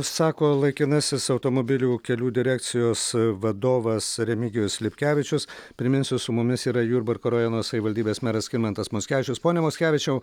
sako laikinasis automobilių kelių direkcijos vadovas remigijus lipkevičius priminsiu su mumis yra jurbarko rajono savivaldybės meras skirmantas mockevičius pone mockevičiau